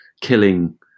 killing